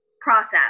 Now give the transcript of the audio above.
process